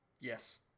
Yes